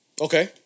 Okay